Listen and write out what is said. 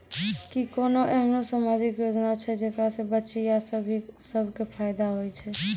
कि कोनो एहनो समाजिक योजना छै जेकरा से बचिया सभ के फायदा होय छै?